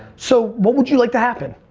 so what would you like to happen?